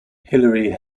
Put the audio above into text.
hilary